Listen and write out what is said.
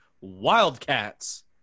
Wildcats